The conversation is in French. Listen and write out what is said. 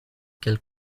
qu’elle